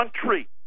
country